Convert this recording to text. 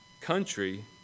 country